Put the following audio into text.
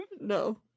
No